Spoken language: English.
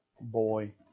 Boy